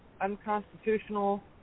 unconstitutional